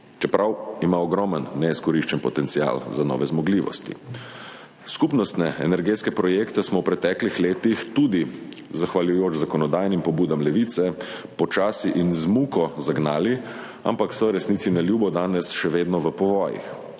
čeprav ima ogromen neizkoriščen potencial za nove zmogljivosti. Skupnostne energetske projekte smo v preteklih letih, tudi zahvaljujoč zakonodajnim pobudam Levice, počasi in z muko zagnali, ampak so, resnici na ljubo, danes še vedno v povojih.